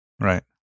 Right